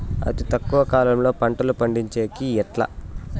అతి తక్కువ కాలంలో పంటలు పండించేకి ఎట్లా?